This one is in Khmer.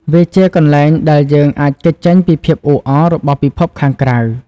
វាជាកន្លែងដែលយើងអាចគេចចេញពីភាពអ៊ូអររបស់ពិភពខាងក្រៅ។